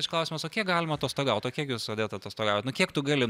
čia klausimas kiek galima atostogauti o kiek jūs odeta atostogaujat nu kiek tu gali